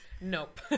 Nope